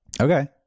Okay